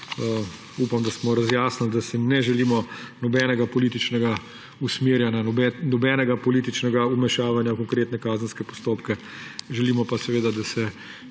upam, da smo razjasnili, da si ne želimo nobenega političnega usmerjanja, nobenega političnega vmešavanja v konkretne kazenske postopke, želimo pa, da se